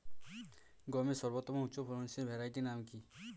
গমের সর্বোত্তম উচ্চফলনশীল ভ্যারাইটি নাম কি?